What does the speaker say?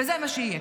וזה מה שיהיה.